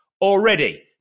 Already